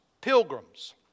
pilgrims